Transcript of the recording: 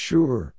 Sure